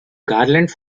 garland